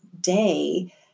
day